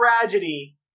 tragedy